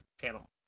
channel